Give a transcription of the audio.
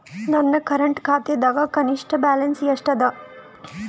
ನನ್ನ ಕರೆಂಟ್ ಖಾತಾದಾಗ ಕನಿಷ್ಠ ಬ್ಯಾಲೆನ್ಸ್ ಎಷ್ಟು ಅದ